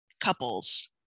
couples